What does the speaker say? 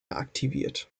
aktiviert